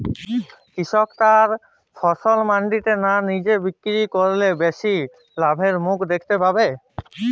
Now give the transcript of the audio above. কৃষক তার ফসল মান্ডিতে না নিজে বিক্রি করলে বেশি লাভের মুখ দেখতে পাবে?